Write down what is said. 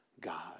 God